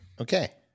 Okay